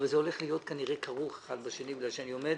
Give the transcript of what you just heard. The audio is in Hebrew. אבל כנראה זה הולך להיות כרוך אחד בשני משום שאני עומד